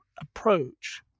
approach